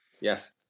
Yes